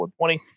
120